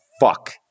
fuck